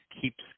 keeps